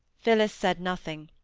phillis said nothing.